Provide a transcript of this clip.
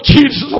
Jesus